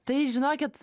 tai žinokit